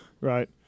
right